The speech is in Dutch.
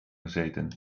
gezeten